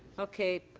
okay.